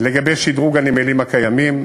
לגבי שדרוג הנמלים הקיימים.